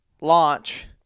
launch